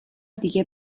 دیگه